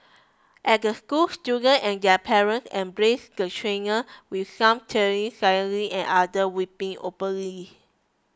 at the school students and their parents embraced the trainer with some tearing silently and other weeping openly